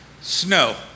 snow